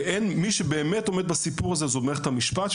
מי שיכול למנוע את זה זו רק מערכת המשפט.